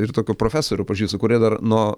ir tokių profesorių pažįstu kurie dar nuo